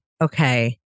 okay